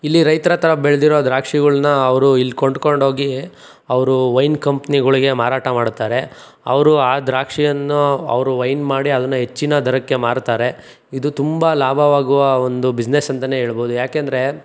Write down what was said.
ಇಲ್ಲಿ ರೈತರ ಹತ್ರ ಬೆಳೆದಿರೋ ದ್ರಾಕ್ಷಿಗಳನ್ನ ಅವರು ಇಲ್ಲಿ ಕೊಂಡ್ಕೊಂಡೋಗಿ ಅವರು ವೈನ್ ಕಂಪ್ನಿಗಳಿಗೆ ಮಾರಾಟ ಮಾಡ್ತಾರೆ ಅವರು ಆ ದ್ರಾಕ್ಷಿಯನ್ನು ಅವರು ವೈನ್ ಮಾಡಿ ಅದನ್ನು ಹೆಚ್ಚಿನ ದರಕ್ಕೆ ಮಾರ್ತಾರೆ ಇದು ತುಂಬ ಲಾಭವಾಗುವ ಒಂದು ಬಿಸ್ನೆಸ್ ಅಂತಾನೆ ಹೇಳ್ಬೋದು ಯಾಕೆಂದರೆ